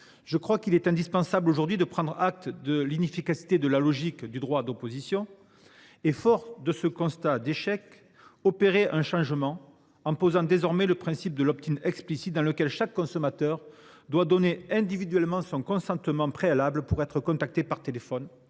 Je crois indispensable aujourd’hui de prendre acte de l’inefficacité de la logique du droit d’opposition. Fort de ce constat d’échec, il faut opérer un changement en posant désormais le principe d’un explicite, dans lequel chaque consommateur doit donner individuellement son consentement préalable pour être contacté par téléphone,